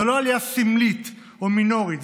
זו לא עלייה סמלית או מינורית,